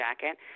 jacket